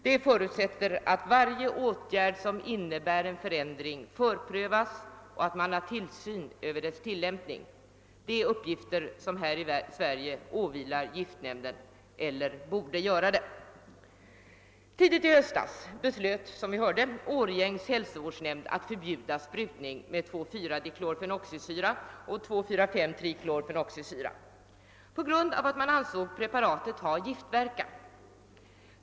Det förutsätter att varje åtgärd som innebär en förändring förprövas och att man har tillsyn över dess tillämpning. Det är uppgifter som här i Sverige åvilar giftnämnden eller borde göra det. Tidigt i höstas beslöt som vi hörde Årjängs hälsovårdsnämnd att förbjuda sprutning med 2, 4 diklor-fenoxisyra «och 2, 4, 5 triklor-fenoxisyra på grund av att man ansåg preparatet ha giftverkan.